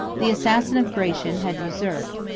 the assassin of gratian had usurped,